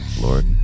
Lord